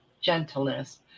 gentleness